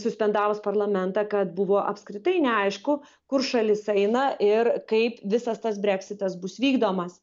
suspendavus parlamentą kad buvo apskritai neaišku kur šalis eina ir kaip visas tas breksitas bus vykdomas